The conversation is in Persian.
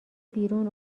بیرون